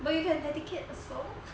but you can dedicate a song